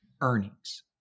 earnings